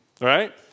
right